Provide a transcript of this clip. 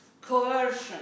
coercion